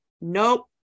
Nope